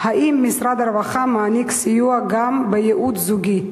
4. האם משרד הרווחה מעניק סיוע גם בייעוץ זוגי?